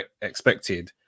expected